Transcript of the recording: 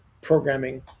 programming